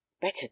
Better